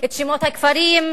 את שמות הכפרים,